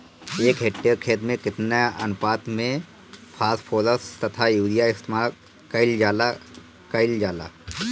एक हेक्टयर खेत में केतना अनुपात में फासफोरस तथा यूरीया इस्तेमाल कईल जाला कईल जाला?